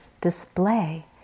display